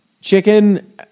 Chicken